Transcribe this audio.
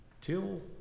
till